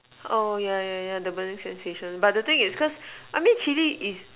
oh yeah yeah yeah the burning sensation but the thing is cause but I mean chilli is